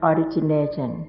Origination